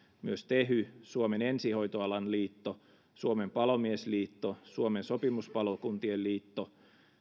myös tehy suomen ensihoitoalan liitto suomen palomiesliitto suomen sopimuspalokuntien liitto